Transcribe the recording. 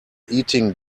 eating